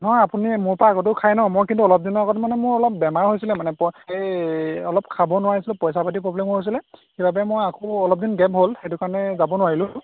নহয় আপুনি মোৰপৰা আগতেও খায় ন মই কিন্তু অলপ দিনৰ আগত মানে মোৰ অলপ বেমাৰ হৈছিলে মানে এই অলপ খাব নোৱাৰিছিলোঁ পইচা পাতিও প্ৰব্লেমো হৈছিলে সেইবাবে মই আকৌ অলপদিন গেপ হ'ল সেইটো কাৰণে যাব নোৱাৰিলোঁ